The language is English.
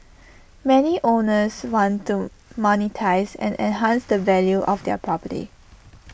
many owners want to monetise and enhance the value of their property